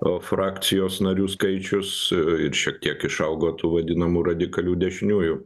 o frakcijos narių skaičius ir šiek tiek išaugo tų vadinamų radikalių dešiniųjų